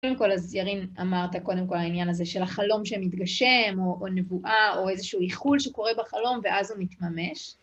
קודם כל, אז ירין אמרת, קודם כל, העניין הזה של החלום שמתגשם, או נבואה, או איזשהו איחול שקורה בחלום, ואז הוא מתממש.